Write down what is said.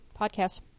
podcast